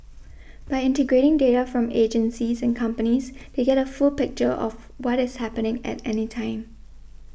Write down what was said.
by integrating data from agencies and companies they get a full picture of what is happening at any time